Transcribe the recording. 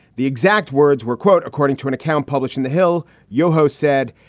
the exact words were, quote, according to an account published in the hill, yoho said,